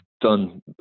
done